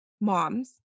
moms